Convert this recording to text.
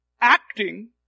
Acting